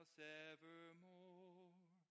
evermore